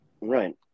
Right